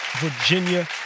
Virginia